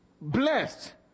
blessed